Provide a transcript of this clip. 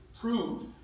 proved